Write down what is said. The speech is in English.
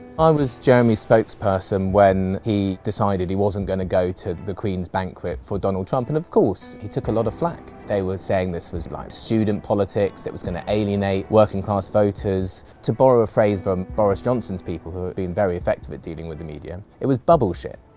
i was jeremy's spokesperson when he decided he wasn't going to go to the queen's banquet for donald trump and of course he took a lot of flack. flack. they were saying this was like student politics, that was going to alienate working-class voters. to borrow a phrase from boris johnson's people who had been very effective at dealing with the media it was bubble shit.